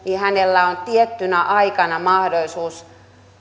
hänellä on tiettynä aikana mahdollisuus